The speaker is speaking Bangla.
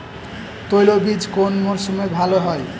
তৈলবীজ কোন মরশুমে ভাল হয়?